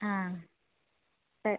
ఆ సరే